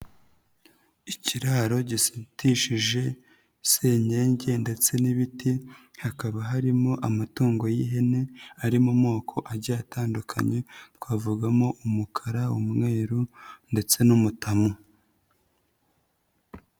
Ikiraro gisetishije senyenge ndetse n'ibiti, hakaba harimo amatungo y'ihene, ari mu moko agiye atandukanye, twavugamo umukara, umweru ndetse n'umutamu.